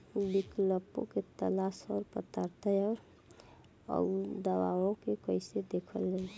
विकल्पों के तलाश और पात्रता और अउरदावों के कइसे देखल जाइ?